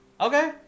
Okay